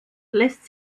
lässt